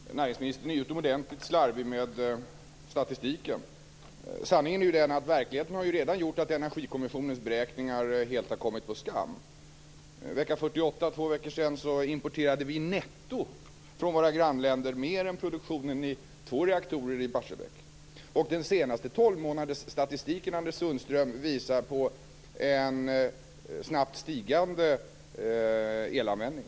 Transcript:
Fru talman! Näringsministern är utomordentligt slarvig med statistiken. Verkligheten har redan gjort att Energikommissionens beräkningar helt har kommit på skam. För två veckor sedan, vecka 48, importerade vi netto från våra grannländer mer än produktionen i två reaktorer i Barsebäck. Den senaste 12 månadersstatistiken, Anders Sundström, visar på en snabbt stigande elanvändning.